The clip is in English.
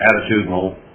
attitudinal